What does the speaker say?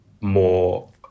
more